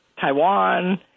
Taiwan